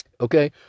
Okay